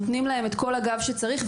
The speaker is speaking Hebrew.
נותנים את כל הגב שצריך,